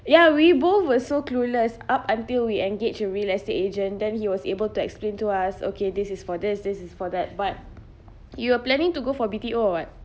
ya we both were so clueless up until we engaged a real estate agent then he was able to explain to us okay this is for this this is for that but you are planning to go for B_T_O or what